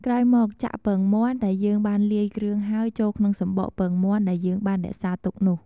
ក្រោយមក ចាក់ពងមាន់ដែលយើងបានលាយគ្រឿងហើយចូលក្នុងសំបកពងមាន់ដែលយើងបានរក្សាទុកនោះ។